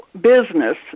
business